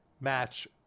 match